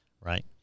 Right